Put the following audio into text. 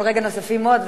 כל רגע נוספים עוד,